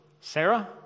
Sarah